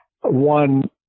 one